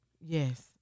Yes